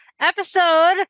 episode